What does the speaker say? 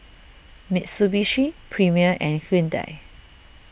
Mitsubishi Premier and Hyundai